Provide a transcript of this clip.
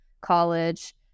college